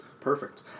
perfect